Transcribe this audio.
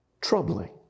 troubling